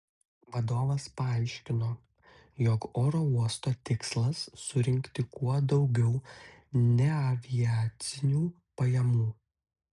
vadovas paaiškino jog oro uosto tikslas surinkti kuo daugiau neaviacinių pajamų